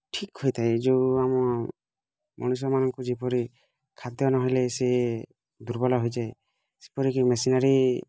ଠିକ୍ ହୋଇଥାଏ ଯେଉଁ ଆମ ମଣିଷମାନଙ୍କୁ ଯେପରି ଖାଦ୍ୟ ନ ହେଲେ ସେ ଦୁର୍ବଳ ହେଇ ଯାଏ ସେପରି କି ମେସିନାରୀ